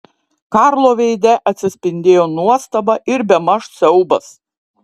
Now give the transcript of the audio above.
karlo veide atsispindėjo nuostaba ir bemaž siaubas